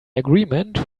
agreement